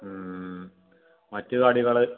മറ്റു കടികൾ